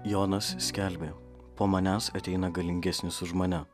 jonas skelbė po manęs ateina galingesnis už mane